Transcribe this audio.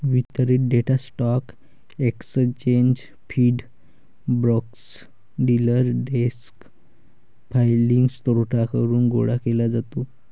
वितरित data stock exchange feed, brokers, dealer desk filing स्त्रोतांकडून गोळा केला जातो